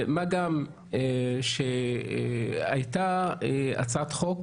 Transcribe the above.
מה גם שהייתה הצעת חוק